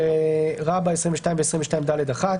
22 ו-22ד1".